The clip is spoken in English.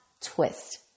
twist